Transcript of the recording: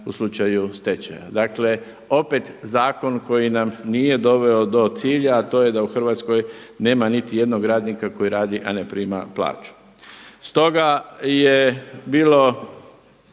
u slučaju stečaja. Dakle opet zakon koji nam nije doveo do cilja, a to je da u Hrvatskoj nema niti jednog radnika koji ne radi a ne prima plaću. Stoga je bilo